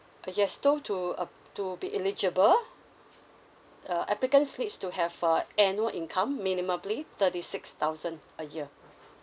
uh yes so to uh to be eligible uh applicants needs to have a annual income minimally thirty six thousand a year